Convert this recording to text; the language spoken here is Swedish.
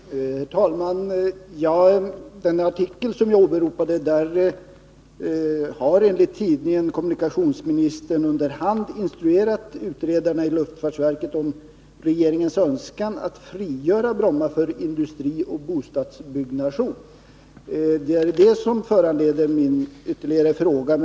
Herr talman! Enligt den artikel jag åberopade har kommunikationsministern under hand instruerat utredarna inom luftfartsverket om regeringens önskan att frigöra Bromma för industrioch bostadsbyggnation. Det är det som föranleder min senaste fråga.